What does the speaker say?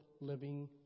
living